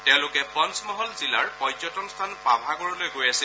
তেওঁলোকে পঞ্চমহল জিলাৰ পৰ্যটন স্থান পাভাগড়লৈ গৈ আছিল